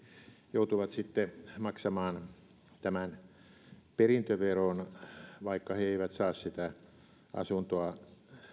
joutuvat sitten maksamaan tämän perintöveron vaikka he eivät saa sitä asuntoa